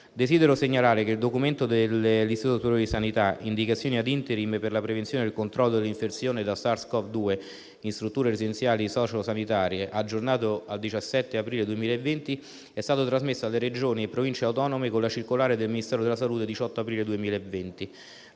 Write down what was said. Desidero segnalare che il documento dell'Istituto superiore di sanità «Indicazioni *ad interim* per la prevenzione e il controllo dell'infezione da SARS-Cov-2 in strutture residenziali sociosanitarie», aggiornato al 17 aprile 2020, è stato trasmesso alle Regioni e Province autonome con la circolare del Ministero della salute del 18 aprile 2020.